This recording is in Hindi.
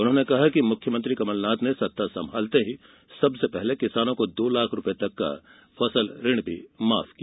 उन्होंने कहा कि मुख्यमंत्री कमलनाथ ने सत्ता संभालते ही सबसे पहले किसानों का दो लाख रूपए तक का फसल ऋण माफ किया